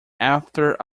after